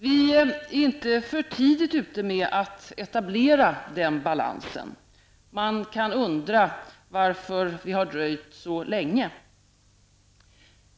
Vi är inte för tidigt ute med att etablera den balansen. Man kan undra varför vi har dröjt så länge.